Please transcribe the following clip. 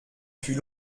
fut